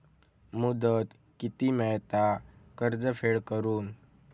मुदत किती मेळता कर्ज फेड करून?